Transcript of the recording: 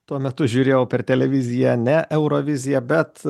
tuo metu žiūrėjau per televiziją ne euroviziją bet